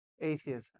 atheism